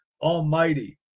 Almighty